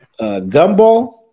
gumball